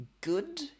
good